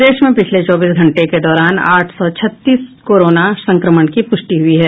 प्रदेश में पिछले चौबीस घंटे के दौरान आठ सौ छत्तीस कोरोना संक्रमण की प्रष्टि हुई है